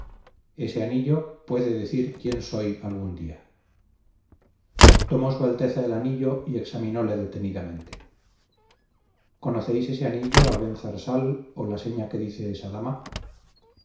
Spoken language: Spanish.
ese anillo puede decir quién soy algún día tomó su alteza el anillo y examinóle detenidamente conocéis ese anillo abenzarsal o la seña que dice esa dama